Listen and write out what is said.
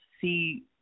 see